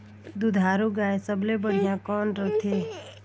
दुधारू गाय सबले बढ़िया कौन रथे?